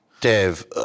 Dave